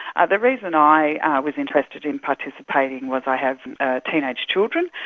ah the reason i was interested in participating was i have ah teenage children,